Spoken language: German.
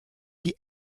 die